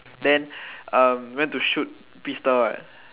then um we went to shoot pistol